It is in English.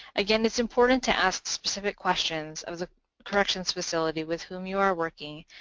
again, it's important to ask specific questions of the corrections facility with whom you are working,